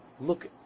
Look